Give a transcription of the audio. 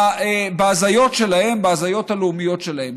בהזיות שלהם, בהזיות הלאומיות שלהם.